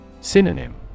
Synonym